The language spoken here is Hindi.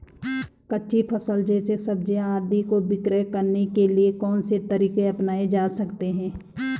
कच्ची फसल जैसे सब्जियाँ आदि को विक्रय करने के लिये कौन से तरीके अपनायें जा सकते हैं?